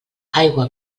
aigua